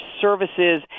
services